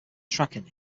tracking